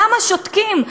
למה שותקים?